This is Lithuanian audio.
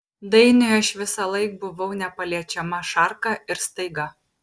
dainiui aš visąlaik buvau nepaliečiama šarka ir staiga